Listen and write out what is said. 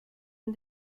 and